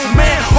man